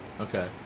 Okay